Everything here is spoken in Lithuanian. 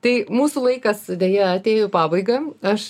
tai mūsų laikas deja atėjo į pabaigą aš